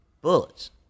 bullets